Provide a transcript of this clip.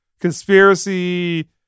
conspiracy